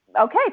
okay